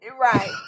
right